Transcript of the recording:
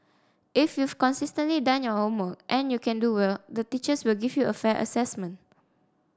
if you've consistently done your homework and you can do well the teachers will give you a fair assessment